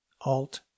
alt